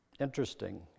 Interesting